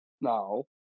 No